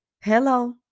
Hello